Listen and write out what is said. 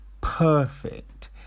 Perfect